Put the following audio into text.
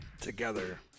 together